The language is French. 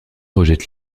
rejette